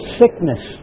sickness